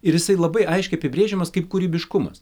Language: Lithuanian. ir jisai labai aiškiai apibrėžiamas kaip kūrybiškumas